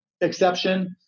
exception